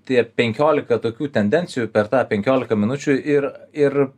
tie penkiolika tokių tendencijų per tą penkiolika minučių ir ir